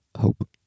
hope